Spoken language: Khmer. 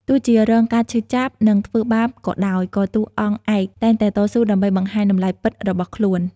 ទោះជារងការឈឺចាប់ និងធ្វើបាបក៏ដោយ ក៏តួអង្គឯកតែងតែតស៊ូដើម្បីបង្ហាញតម្លៃពិតរបស់ខ្លួន។